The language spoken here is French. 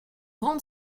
grande